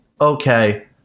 okay